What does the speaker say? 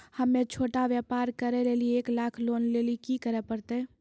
हम्मय छोटा व्यापार करे लेली एक लाख लोन लेली की करे परतै?